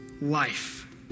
life